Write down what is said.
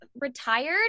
retired